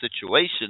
situation